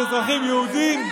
יש אזרחים יהודים,